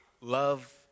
love